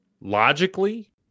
logically